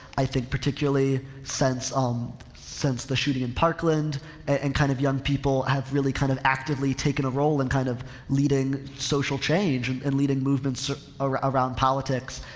i think particularly since, um since the shooting in parkland and, and kind of young people have really kind of actively taken a role in kind of leading social change and and leading movements around politics.